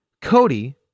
Cody